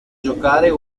giocare